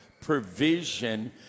provision